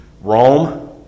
Rome